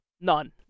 None